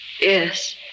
Yes